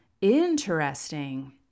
Interesting